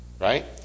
Right